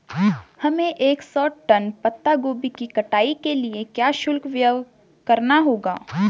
हमें एक सौ टन पत्ता गोभी की कटाई के लिए क्या शुल्क व्यय करना होगा?